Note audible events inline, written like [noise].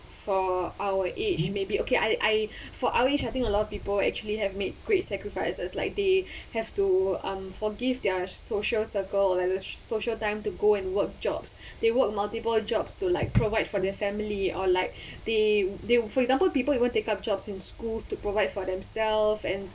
for our age maybe okay I I for our age I think a lot of people actually have made great sacrifices like they have to um forgive their social circle and social time to go and work jobs they work multiple jobs to like provide for their family or like [breath] they they for example people even take up jobs in schools to provide for them-self and